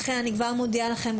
לכן אני כבר מודיעה לכם,